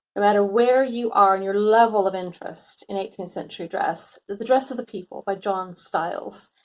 matter where you are on your level of interest in eighteenth century dress, the dress of the people by john's styles.